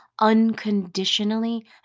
unconditionally